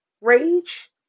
rage